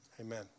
amen